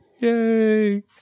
Yay